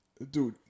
dude